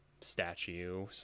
statue